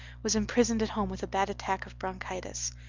was imprisoned at home with a bad attack of bronchitis.